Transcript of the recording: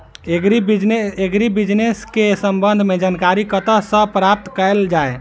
Agri business केँ संबंध मे जानकारी कतह सऽ प्राप्त कैल जाए?